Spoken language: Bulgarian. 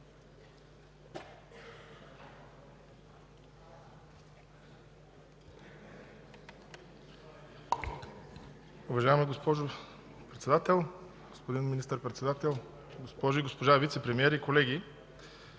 Уважаема госпожо Председател, господин Министър-председател, госпожи и господа вицепремиери, уважаеми